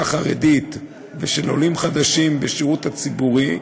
החרדית ושל עולים חדשים בשירות הציבורי,